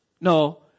No